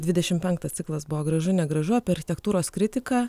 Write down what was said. dvidešim penktas ciklas buvo gražu negražu apie architektūros kritiką